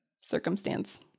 circumstance